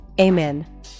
Amen